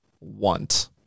want